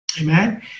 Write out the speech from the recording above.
Amen